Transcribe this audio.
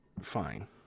fine